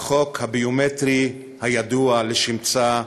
החוק הביומטרי הידוע לשמצה שלכם.